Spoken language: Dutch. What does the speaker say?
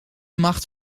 macht